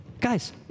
Guys